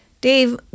Dave